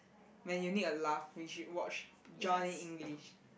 when you need a laugh you should watch Johnny-English